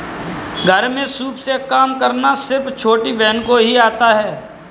घर में सूप से काम करना सिर्फ छोटी बहन को ही आता है